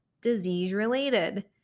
disease-related